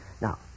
Now